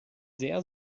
sehr